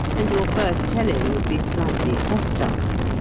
and your first telling would be slightly hostile.